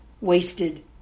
wasted